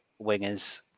wingers